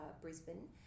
Brisbane